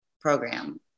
program